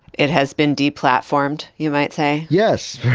it has been deplatformed, you might say. yes,